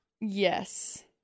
Yes